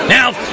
Now